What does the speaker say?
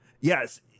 yes